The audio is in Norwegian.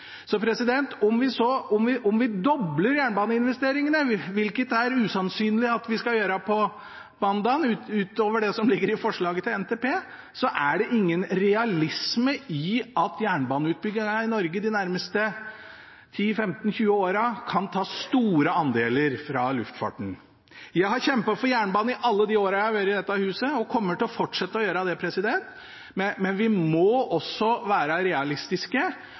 Så om vi dobler jernbaneinvesteringene, hvilket er usannsynlig at vi skal gjøre på mandag, utover det som ligger i forslaget til NTP, er det ingen realisme i at jernbaneutbyggingen i Norge de nærmeste 10, 15 eller 20 årene kan ta store andeler fra luftfarten. Jeg har kjempet for jernbanen i alle de årene jeg har vært i dette huset, og kommer til å fortsette å gjøre det, men vi må også være realistiske,